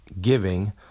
Giving